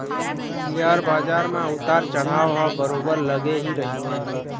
share बजार म उतार चढ़ाव ह बरोबर लगे ही रहिथे